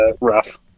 rough